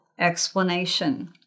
explanation